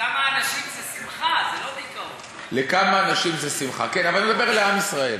לכמה אנשים זו שמחה, כן, אבל אני מדבר לעם ישראל.